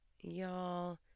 y'all